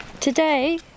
Today